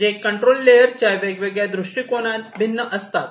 जे कंट्रोल लेयरच्या वेगवेगळ्या दृष्टीकोनात भिन्न असतात